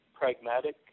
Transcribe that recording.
pragmatic